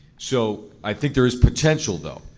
so i think there is potential, though,